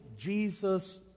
Jesus